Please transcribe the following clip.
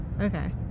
Okay